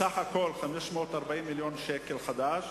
בסך הכול 540 מיליון שקלים חדשים,